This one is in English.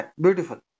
Beautiful